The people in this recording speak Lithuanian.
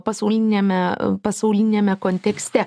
pasauliniame pasauliniame kontekste